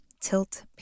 Tilt